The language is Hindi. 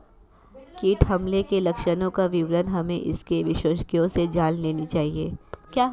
कीट हमले के लक्षणों का विवरण हमें इसके विशेषज्ञों से जान लेनी चाहिए